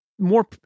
More